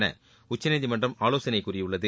என உச்சநீதிமன்றம் ஆலோசனை கூறியுள்ளது